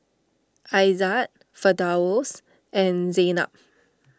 Aizat Firdaus and Zaynab